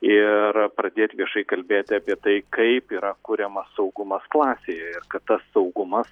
ir pradėt viešai kalbėti apie tai kaip yra kuriamas saugumas klasėje ir kad tas saugumas